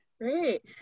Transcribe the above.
Great